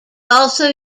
also